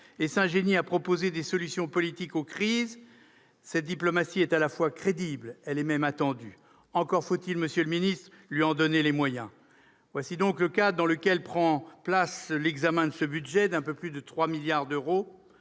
et s'ingénie à proposer des solutions politiques aux crises, est à la foi crédible et attendue. Encore faut-il, monsieur le ministre, lui en donner les moyens. Tel est le cadre dans lequel prend place l'examen de ce budget, d'un peu plus de 3 milliards d'euros,